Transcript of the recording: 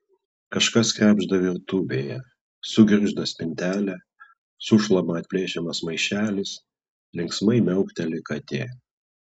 kažkas krebžda virtuvėje sugirgžda spintelė sušlama atplėšiamas maišelis linksmai miaukteli katė